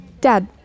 Dad